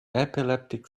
epileptic